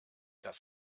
das